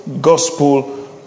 gospel